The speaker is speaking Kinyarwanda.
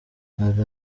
hari